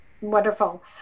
Wonderful